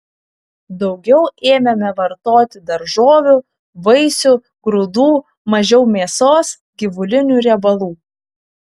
daugiau ėmėme vartoti daržovių vaisių grūdų mažiau mėsos gyvulinių riebalų